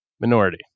minority